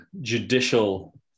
judicial